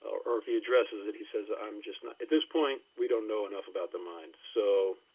or if he addresses it he says i'm just not, at this point, we don't know enough about the mind so,